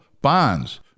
bonds